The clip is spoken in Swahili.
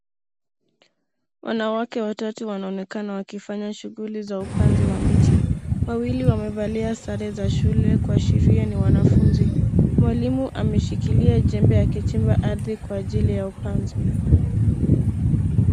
Wanawake watatu wanaonekana wakifanya shughuli za upanzi wa miti. wawili wamevalia sare za shule kuashiria ni wanafunzi. Mwalimu ameshikilia jembe akichimba ardhi kwa ajili ya upanzi.